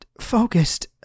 focused